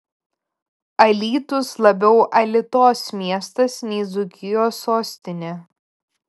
alytus labiau alitos miestas nei dzūkijos sostinė